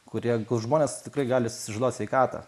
kurie žmonės tikrai gali susižalot sveikatą